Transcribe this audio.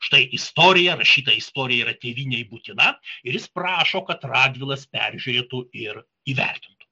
štai istorija rašyta istorija yra tėvynei būtina ir jis prašo kad radvilas peržiūrėtų ir įvertintų